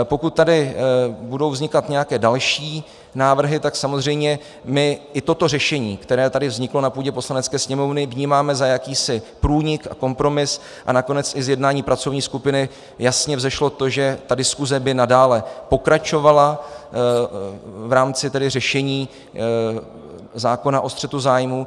Pokud tady budou vznikat nějaké další návrhy, tak samozřejmě my i toto řešení, které tady vzniklo na půdě Poslanecké sněmovny, vnímáme jako jakýsi průnik a kompromis, a nakonec i z jednání pracovní skupiny jasně vzešlo to, že diskuse by nadále pokračovala v rámci řešení zákona o střetu zájmů.